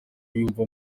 yumvwa